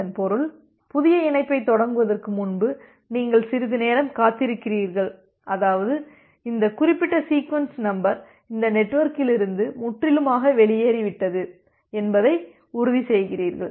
இதன் பொருள் புதிய இணைப்பைத் தொடங்குவதற்கு முன்பு நீங்கள் சிறிது நேரம் காத்திருக்கிறீர்கள் அதாவது இந்த குறிப்பிட்ட சீக்வென்ஸ் நம்பர் இந்த நெட்வொர்க்கிலிருந்து முற்றிலுமாக வெளியேறிவிட்டது என்பதை உறுதிசெய்கிறீர்கள்